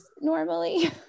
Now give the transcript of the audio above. normally